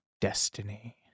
destiny